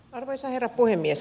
arvoisa herra puhemies